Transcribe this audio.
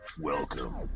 Welcome